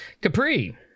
Capri